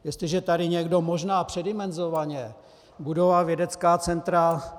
Jestliže tady někdo možná předimenzovaně budoval vědecká centra...